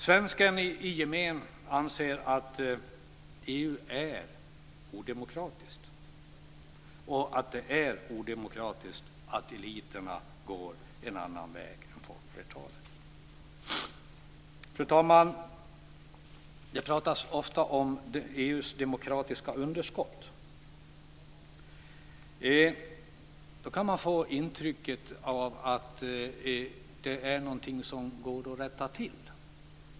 Svensken i gemen anser att EU är odemokratiskt och att det är odemokratiskt att eliterna går en annan väg än folkflertalet. Fru talman! Det talas ofta om EU:s demokratiska underskott. Då kan man få intrycket att det är något som går att rätta till.